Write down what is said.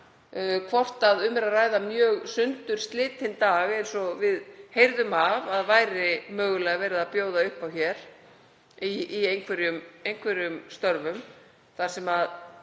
hvort um er að ræða mjög sundurslitinn dag eins og við heyrðum af að væri mögulega verið að bjóða upp á hér í einhverjum störfum þar sem